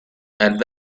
and